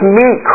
meet